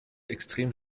extrem